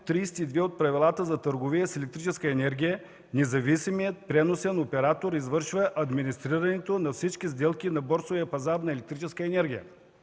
32 от Правилата за търговия с електрическа енергия независимият преносен оператор извършва администрирането на всички сделки на борсовия пазар на електрическа енергия,